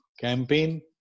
campaign